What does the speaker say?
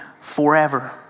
forever